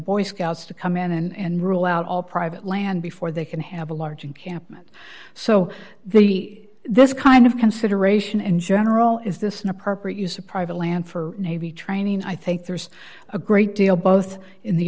boy scouts to come in and rule out all private land before they can have a large encampment so the this kind of consideration in general is this an appropriate use of private land for navy training i think there's a great deal both in the